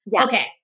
Okay